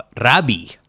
Rabi